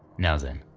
now then,